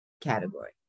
category